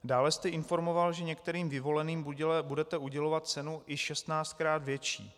Dále jste informoval, že některým vyvoleným budete udělovat cenu i 16krát větší.